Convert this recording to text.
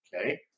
Okay